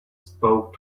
spoke